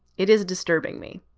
it is disturbing me.